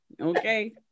Okay